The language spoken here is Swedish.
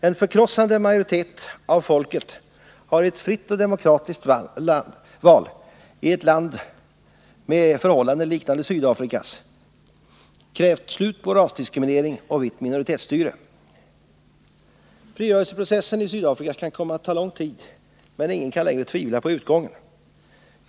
En förkrossande majoritet av folket har i ett fritt och demokratiskt val i ett land med förhållanden liknande Sydafrikas krävt slut på rasdiskriminering och vitt minoritetsstyre. Frigörelseprocessen i Sydafrika kan komma att ta lång tid, men ingen kan längre tvivla på utgången.